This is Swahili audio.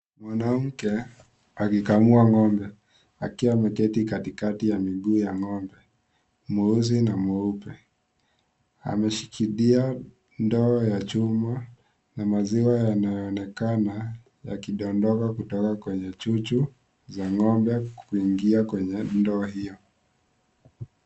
Mwanamke akikamua ng'ombe akiwa ameketi katikati ya miguu ya ng'ombe mweusi na mweupe ameshikilia ndoo ya chuma na maziwa yanaonekana yakidondoka kutoka kwenye chuchu za ng'ombe kuingia kwenye ndoo hiyo.